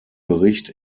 bericht